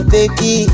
Baby